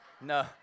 no